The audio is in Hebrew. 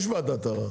יש ועדת ערר.